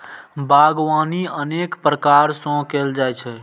बागवानी अनेक प्रकार सं कैल जाइ छै